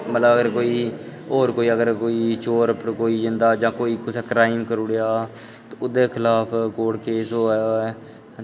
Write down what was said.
मतलब अगर होर कोई अगर चोर कोई पड़कोई जंदा जां कुसै क्राईम करी ओड़ेआ तां ओह्दै खलाफ कोर्ट केस होऐ